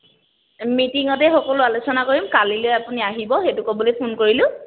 মিটিঙতে সকলো আলোচনা কৰিম কালিলৈ আপুনি আহিব সেইটো ক'বলৈ ফোন কৰিলোঁ